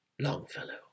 Longfellow